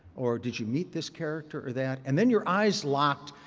or did you meet this character or that? and then your eyes locked,